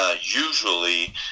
Usually